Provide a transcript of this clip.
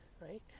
right